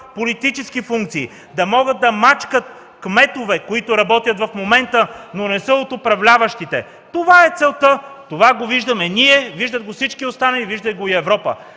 политически функции. Да могат да мачкат кметове, които работят в момента, но не са от управляващите. Това е целта, това го виждаме ние, виждат го всички останали, вижда го и Европа.